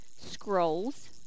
scrolls